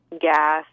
gas